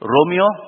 Romeo